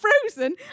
frozen